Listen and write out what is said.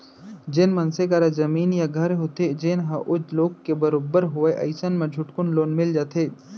जेन मनसे करा जमीन या घर होथे जेन ह ओ लोन के बरोबर होवय अइसन म झटकुन लोन मिल जाथे